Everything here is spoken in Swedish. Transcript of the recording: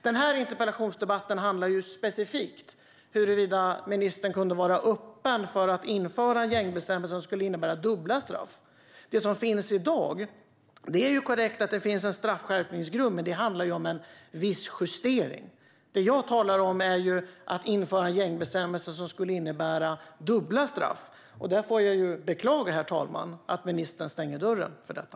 Den här interpellationsdebatten handlar specifikt om huruvida ministern kan vara öppen för att införa en gängbestämmelse som skulle innebära dubbla straff. Det är korrekt att det i dag finns en straffskärpningsgrund, men det handlar om en viss justering. Det jag talar om är att införa en gängbestämmelse som innebär dubbla straff. Där får jag beklaga, herr talman, att ministern stänger dörren för detta.